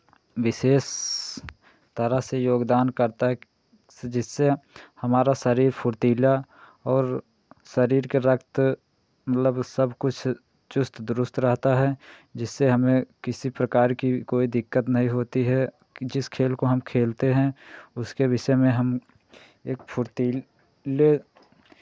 विशेष तरह से योगदान करता है जिससे हमारा शरीर फ़ुर्तीला और शरीर का रक्त मतलब सब कुछ चुस्त दुरुस्त रहता है जिससे हमें किसी प्रकार की कोई दिक्कत नहीं होती है कि जिस खेल को हम खेलते हैं उसके विषय में हम एक फुर्तीले